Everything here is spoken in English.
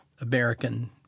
American